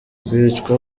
bicwa